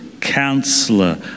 Counselor